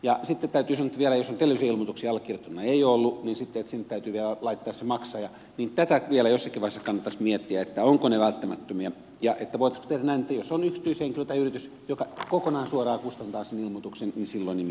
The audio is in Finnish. ja sitten täytyy sanoa että vielä jos on televisioilmoituksia allekirjoittaneella ei ole ollut niin sitten että sinne täytyy vielä laittaa se maksaja niin tätä vielä jossakin vaiheessa kannattaisi miettiä ovatko ne välttämättömiä ja voitaisiinko tehdä näin että jos on yksityishenkilö tai yritys joka kokonaan suoraan kustantaa sen ilmoituksen niin silloin nimi tulee sinne mukaan